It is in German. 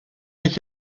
ich